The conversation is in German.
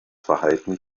verhalten